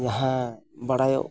ᱡᱟᱦᱟᱸ ᱵᱟᱲᱟᱭᱚᱜ